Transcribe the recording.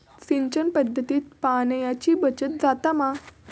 सिंचन पध्दतीत पाणयाची बचत जाता मा?